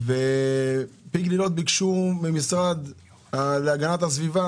פי גלילות ביקשו מן המשרד להגנת הסביבה